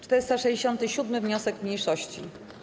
467. wniosek mniejszości.